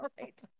right